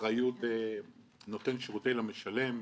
אחריות נותן שירותים למשלם,